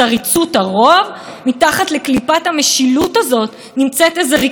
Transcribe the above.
כל מעשי הממשלה יכולים לקרות ואין שום ביקורת.